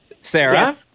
Sarah